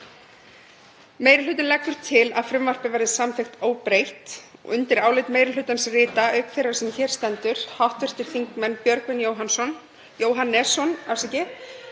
Meiri hlutinn leggur til að frumvarpið verði samþykkt óbreytt. Undir álit meiri hlutans rita, auk þeirrar sem hér stendur, hv. þingmenn Björgvin Jóhannesson,